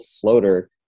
floater